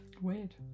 weird